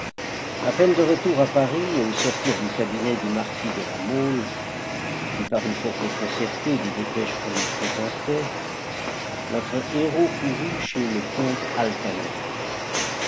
a peine de retour à paris et au sortir du cabinet du marquis de la mole qui parut fort déconcerté des dépêches qu'on lui présentait notre héros courut chez le comte altamira